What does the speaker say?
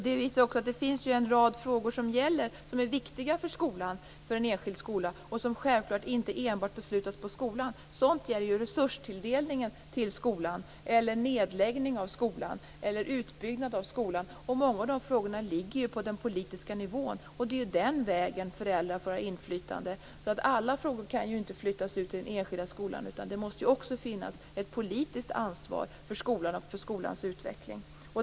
Det visar också att det finns en rad frågor som är viktiga för en enskild skola och som självklart inte enbart beslutas på skolan. Sådana frågor är resurstilldelningen till skolan, nedläggning av skolan eller utbyggnad av skolan. Många av de frågorna ligger ju på den politiska nivån, och det är den vägen föräldrar får ha inflytande. Alla frågor kan inte flyttas ut till den enskilda skolan, utan det måste också finnas ett politiskt ansvar för skolan och för skolans utveckling.